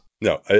No